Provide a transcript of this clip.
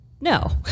no